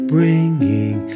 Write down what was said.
Bringing